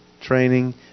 training